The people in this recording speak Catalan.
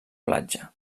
platja